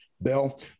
Bill